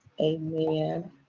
Amen